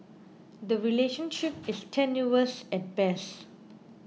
the relationship is tenuous at best